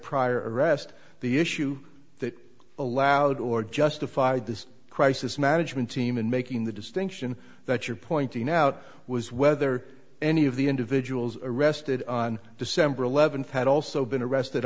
prior arrest the issue that allowed or justified this crisis management team in making the distinction that you're pointing out was whether any of the individuals arrested on december eleventh had also been arrested